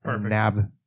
nab